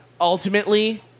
Ultimately